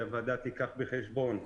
שהוועדה תיקח בחשבון.